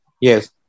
Yes